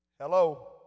Hello